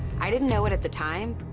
i didn't know it at the time,